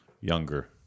Younger